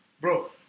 Bro